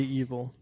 evil